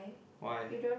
why